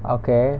okay